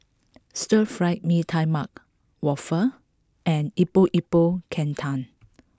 Stir Fried Mee Tai Mak Waffle and Epok Epok Kentang